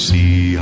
See